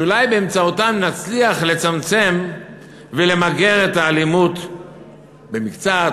שאולי באמצעותם נצליח לצמצם ולמגר את האלימות במקצת,